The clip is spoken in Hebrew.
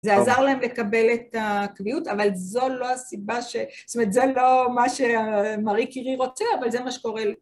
זה עזר להם לקבל את הקביעות, אבל זו לא הסיבה ש... זאת אומרת, זה לא מה שמרי קירי רוצה, אבל זה מה שקורה.